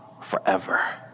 forever